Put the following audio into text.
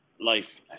life